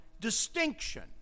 distinction